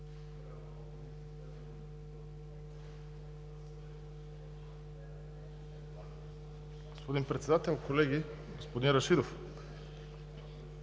Господин Председател, колеги! Господин Рашидов,